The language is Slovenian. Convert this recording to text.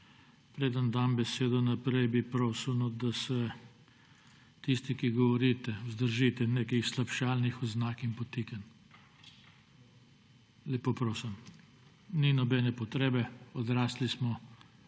Preden dam besedo naprej, bi prosil, da se tisti, ki govorite, vzdržite slabšalnih oznak in podtikanj. Lepo prosim. Ni nobene potrebe, odrasli smo,